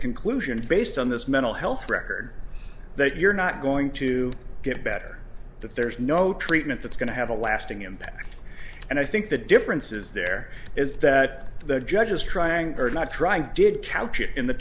conclusion based on this mental health record that you're not going to get better that there's no treatment that's going to have a lasting impact and i think the difference is there is that the judge is trying not trying to get couch it in the